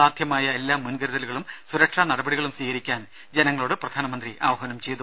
സാധ്യമായ എല്ലാ മുൻകരുതലുകളും സുരക്ഷാ നടപടികളും സ്വീകരിക്കാൻ ജനങ്ങളോട് പ്രധാനമന്ത്രി ആഹ്വാനം ചെയ്തു